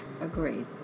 Agreed